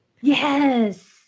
Yes